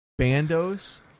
bandos